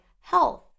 health